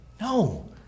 No